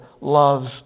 loves